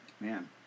Man